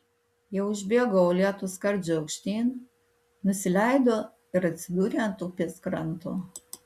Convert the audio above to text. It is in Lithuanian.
jie užbėgo uolėtu skardžiu aukštyn nusileido ir atsidūrė ant upės kranto